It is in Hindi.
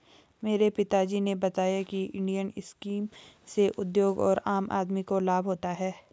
मेरे पिता जी ने बताया की इंडियन स्कीम से उद्योग और आम आदमी को लाभ होता है